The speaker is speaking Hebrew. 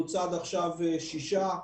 בוצעו עד עכשיו שישה,